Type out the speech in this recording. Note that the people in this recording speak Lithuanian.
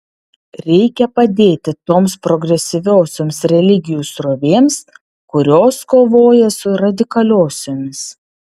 reikia padėti toms progresyviosioms religijų srovėms kurios kovoja su radikaliosiomis